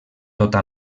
tota